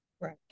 Right